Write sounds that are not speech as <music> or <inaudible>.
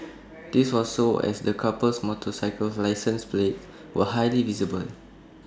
<noise> this was so as the couple's motorcycle license plates were highly visible